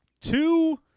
two